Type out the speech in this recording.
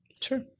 Sure